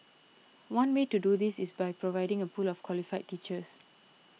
one way to do this is by providing a pool of qualified teachers